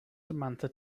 samantha